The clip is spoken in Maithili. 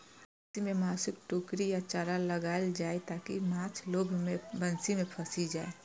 बंसी मे मासुक टुकड़ी या चारा लगाएल जाइ, ताकि माछ लोभ मे बंसी मे फंसि जाए